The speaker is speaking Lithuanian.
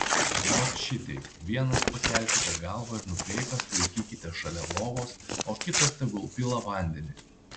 ot šiteip vienas pakelkite galvą ir nukreipęs laikykite šalia lovos o kitas tegul pila vandenį